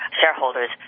shareholders